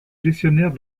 gestionnaire